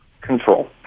Control